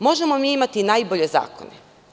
Možemo mi imati najbolje zakone.